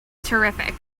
terrific